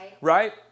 Right